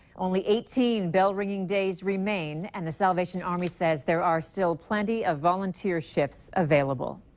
only eighteen bell ringing days remain and the salvation army says there are still plenty of volunteer shifts available.